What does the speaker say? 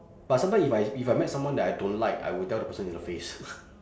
but sometime if I if I met someone that I don't like I will tell the person in the face